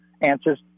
answers